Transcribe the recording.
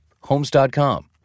Homes.com